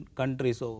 countries